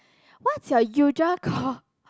what's your usual car